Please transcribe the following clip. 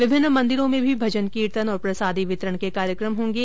विभिन्न मंदिरों में भी भजन कीर्तन और प्रसादी वितरण के कार्यक्रम होंगे